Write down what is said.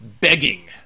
begging